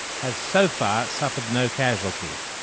has so far suffered no casualties.